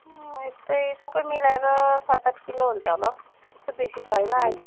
यस्तै सबै मिलाएर सात आठ किलो हुन्छ होला हौ त्यस्तो बेसी छैन अहिले